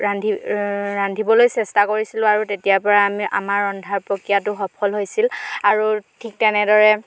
ৰান্ধি ৰান্ধিবলৈ চেষ্টা কৰিছিলোঁ আৰু তেতিয়াৰ পৰা আমি আমাৰ ৰন্ধাৰ প্ৰক্ৰিয়াটো সফল হৈছিল আৰু ঠিক তেনেদৰে